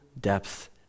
depth